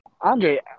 Andre